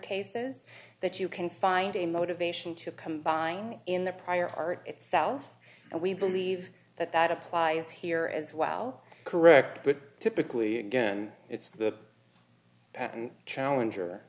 cases that you can find a motivation to combine in the prior art itself and we believe that that applies here as well correct but typically again it's the challenger